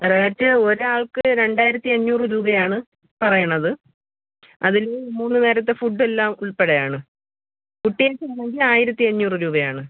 rate ഒരാൾക്ക് രണ്ടായിരത്തിയഞ്ഞൂറ് രൂപയാണ് പറയുന്നത് അതില് മൂന്ന് നേരത്തെ ഫുഡ്ഡെല്ലാം ഉൾപ്പെടെയാണ് കുട്ടികൾക്ക് മുഴുവൻ ആയിരത്തിയഞ്ഞൂറ് രൂപയാണ്